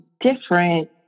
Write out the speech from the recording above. different